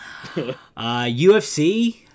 UFC